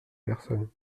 personne